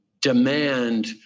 demand